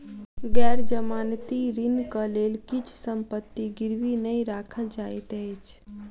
गैर जमानती ऋणक लेल किछ संपत्ति गिरवी नै राखल जाइत अछि